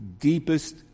deepest